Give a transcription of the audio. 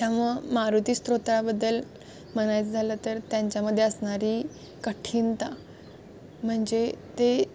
त्यामुळं मारुती स्तोत्राबद्दल म्हणायचं झालं तर त्यांच्यामध्ये असणारी कठीणता म्हणजे ते